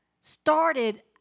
started